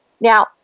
Now